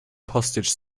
postage